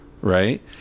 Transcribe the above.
right